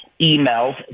emails